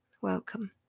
Welcome